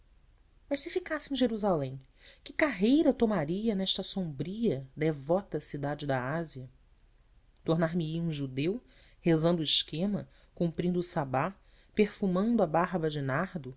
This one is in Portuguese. em jerusalém que carreira tomaria nesta sombria devota cidade da ásia tornar me ia um judeu rezando o esquema cumprindo o sabá perfumando a barba